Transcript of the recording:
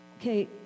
okay